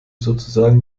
sozusagen